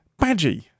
Badgie